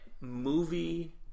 Movie